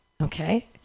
Okay